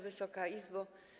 Wysoka Izbo!